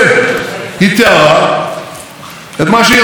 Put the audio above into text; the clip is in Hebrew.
היא תיארה את מה שהיא ראתה.